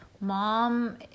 mom